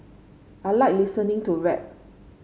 I like listening to rap